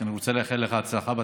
אני רוצה לאחל לך הצלחה בתפקיד.